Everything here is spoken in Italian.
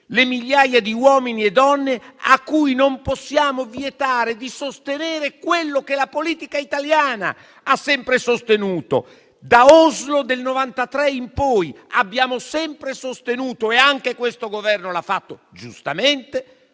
le migliaia di uomini e donne a cui non possiamo vietare di sostenere quello che la politica italiana ha sempre sostenuto; dagli Accordi di Oslo del 1993 in poi abbiamo sempre sostenuto, come anche questo Governo giustamente